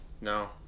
No